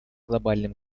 глобальным